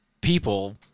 people